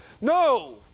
No